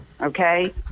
okay